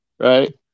Right